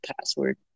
password